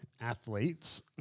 athletes